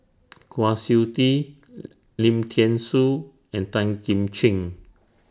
Kwa Siew Tee Lim Thean Soo and Tan Kim Ching